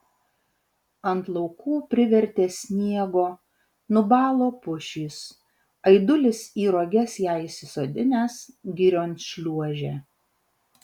ant laukų privertė sniego nubalo pušys aidulis į roges ją įsisodinęs girion šliuožė